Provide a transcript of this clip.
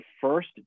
first